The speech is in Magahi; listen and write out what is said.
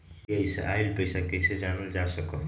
यू.पी.आई से आईल पैसा कईसे जानल जा सकहु?